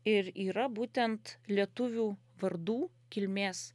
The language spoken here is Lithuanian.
ir yra būtent lietuvių vardų kilmės